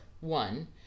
one